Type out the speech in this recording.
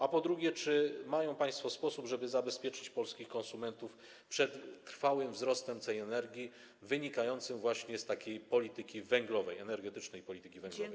A po drugie, czy mają państwo sposób, żeby zabezpieczyć polskich konsumentów przed trwałym wzrostem cen energii wynikającym właśnie z takiej polityki węglowej, energetycznej polityki węglowej?